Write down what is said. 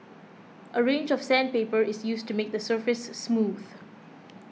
a range of sandpaper is used to make the surface smooth